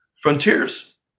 Frontiers